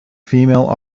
female